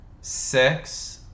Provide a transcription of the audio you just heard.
six